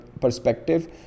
perspective